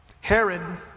Herod